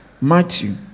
Matthew